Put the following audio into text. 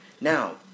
Now